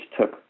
took